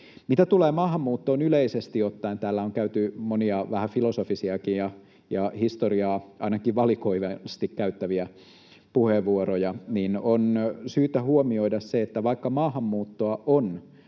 Mitä tulee maahanmuuttoon yleisesti ottaen: Kun täällä on käytetty monia vähän filosofisiakin ja historiaa ainakin valikoivasti käyttäviä puheenvuoroja, [Tuomas Kettunen: Ei se ollut valikoitua!] niin on